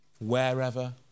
wherever